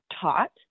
taught